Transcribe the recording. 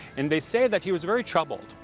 and they say that he was very troubled.